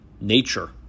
Nature